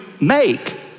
make